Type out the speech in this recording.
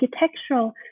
architectural